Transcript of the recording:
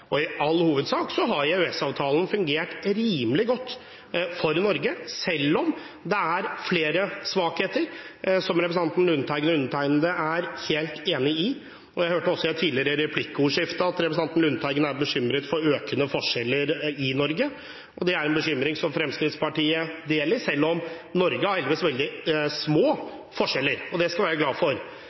i det hele tatt. I all hovedsak har EØS-avtalen fungert rimelig godt for Norge, selv om det er flere svakheter, som representanten Lundteigen og undertegnede er helt enige om. Jeg hørte også, i et tidligere replikkordskifte, at representanten Lundteigen er bekymret for økende forskjeller i Norge. Det er en bekymring som Fremskrittspartiet deler, selv om Norge heldigvis har veldig små forskjeller, og det skal vi være glade for.